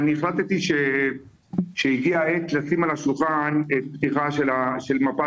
אני החלטתי שהגיעה העת לשים על השולחן את הפתיחה של מפת